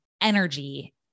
energy